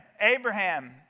Abraham